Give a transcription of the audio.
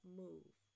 move